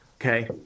okay